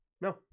No